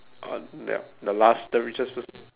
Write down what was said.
uh the last the richest person